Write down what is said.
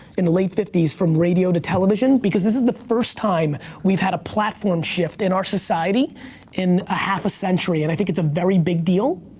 in the late fifty s, from radio to television. because this is the first time we've had a platform shift in our society in a half a century. and i think it's a very big deal.